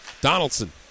Donaldson